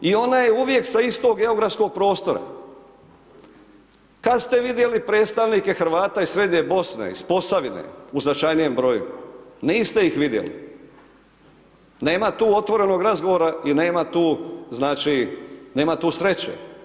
I ona je uvijek sa istog geografskog prostora, kad ste vidjeli predstavnike Hrvata iz Srednje Bosne iz Posavine u značajnijem broju, niste ih vidjeli, nema tu otvorenog razgovora i nema tu znači, nema tu sreće.